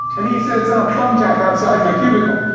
and he said, it's on a thumbtack outside my cubicle.